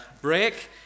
break